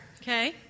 okay